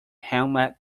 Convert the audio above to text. hamlet